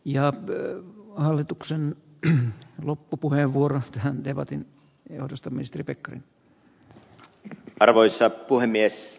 ja työ hallituksen on loppupuheenvuorot hämmentävätin johdosta mister pekan isä arvoisa puhemies